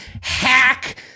hack